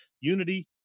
unity